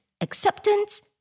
acceptance